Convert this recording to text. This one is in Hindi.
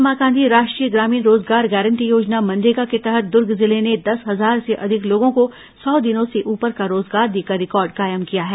महात्मा गांधी राष्ट्रीय ग्रामीण रोजगार गारंटी योजना मनरेगा के तहत दूर्ग जिले ने दस हजार से अधिक लोगों को सौ दिनों से ऊपर का रोजगार देकर रिकॉर्ड कायम किया है